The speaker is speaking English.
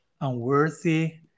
unworthy